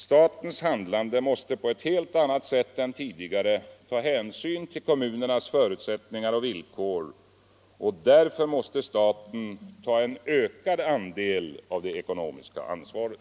Statens handlande måste på ett helt annat sätt än tidigare ta hänsyn till kommunernas förutsättningar och villkor, och därför måste staten ta en ökad andel av det ekonomiska ansvaret.